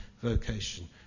vocation